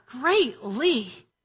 greatly